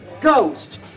ghost